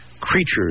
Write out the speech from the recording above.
Creatures